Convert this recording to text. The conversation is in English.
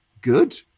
good